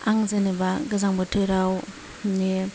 आं जेन'बा गोजां बोथोराव माने